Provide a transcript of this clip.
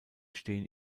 stehen